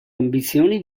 ambizioni